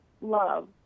love